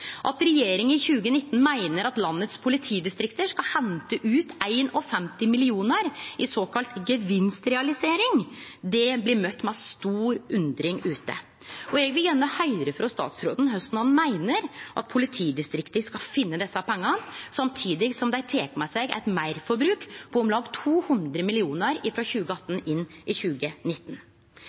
At regjeringa i 2019 meiner at politidistrikta i landet vårt skal hente ut 51 mill. kr i såkalla gevinstrealisering, blir møtt med stor undring ute. Eg vil gjerne høyre frå statsråden korleis han meiner at politidistrikta skal finne desse pengane, samtidig som dei tek med seg eit meirforbruk på om lag 200 mill. kr frå 2018 inn i 2019.